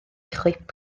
chwip